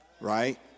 right